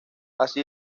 así